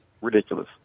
ridiculous